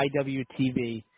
IWTV